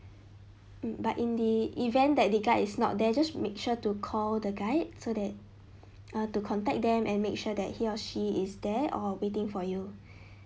mm but in the event that the guide is not there just make sure to call the guide so that uh to contact them and make sure that he or she is there or waiting for you